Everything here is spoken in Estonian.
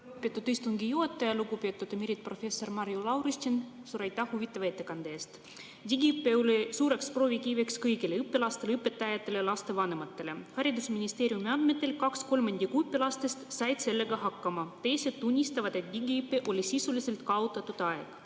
Lugupeetud istungi juhataja! Lugupeetud emeriitprofessor Marju Lauristin, suur aitäh huvitava ettekande eest! Digiõpe oli suureks proovikiviks kõigile õpilastele, õpetajatele ja lastevanematele. Haridusministeeriumi andmetel said 2/3 õpilastest sellega hakkama, teised tunnistavad, et digiõpe oli sisuliselt kaotatud aeg.